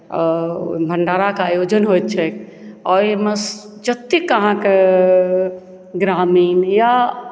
आओर भण्डाराके आयोजन होइत छैक आओर ओहिमे जतेक अहाँके ग्रामीण या